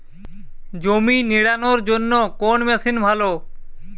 জমি নিড়ানোর জন্য কোন মেশিন ভালো?